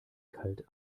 kalt